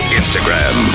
instagram